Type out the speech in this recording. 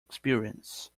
experience